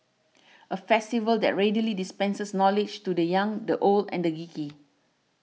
a festival that readily dispenses knowledge to the young the old and the geeky